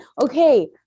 Okay